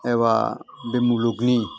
एबा बे मुलुगनि